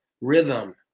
rhythm